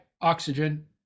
oxygen